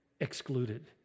excluded